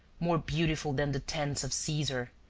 more beautiful than the tents of caesar.